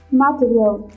material